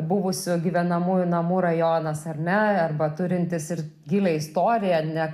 buvusių gyvenamųjų namų rajonas ar ne arba turintis ir gilią istoriją ar ne